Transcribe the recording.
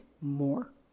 more